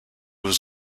was